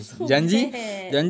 so bad